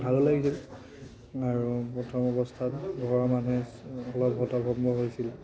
ভালো লাগছিল আৰু প্ৰথম অৱস্থাত ঘৰৰ মানুহে অলপ হৰভম্ব হৈছিলে